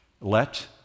Let